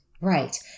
Right